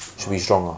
ah